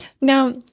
Now